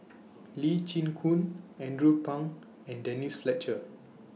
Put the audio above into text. Lee Chin Koon Andrew Phang and Denise Fletcher